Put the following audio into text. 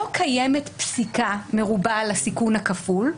לא קיימת פסיקה מרובה על הסיכון הכפול.